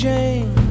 Jane